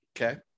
okay